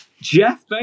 Jeff